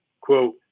quote